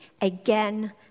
again